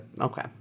okay